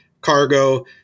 cargo